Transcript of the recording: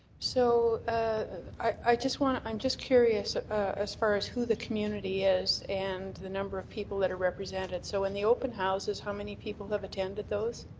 so i just i'm just curious as far as who the community is and the number of people that are represented. so in the open houses, how many people have attended those?